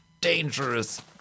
dangerous